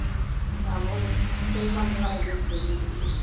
செய்வாங்களா என்னன்னு தெரியலையே